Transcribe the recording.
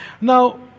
Now